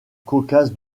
caucase